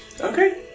Okay